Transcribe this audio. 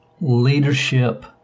leadership